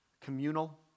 communal